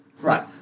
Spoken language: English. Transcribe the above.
Right